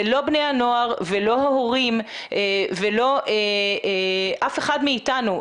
ולא בני הנוער ולא ההורים ולא אף אחד מאיתנו,